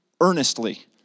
earnestly